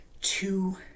two